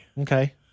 Okay